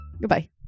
Goodbye